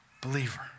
Believer